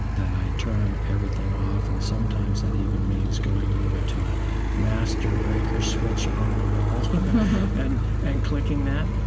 that i turn everything off and sometimes that even means going over to the master breaker switch on the wall and and clicking that.